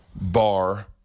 bar